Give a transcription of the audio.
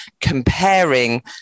comparing